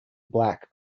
black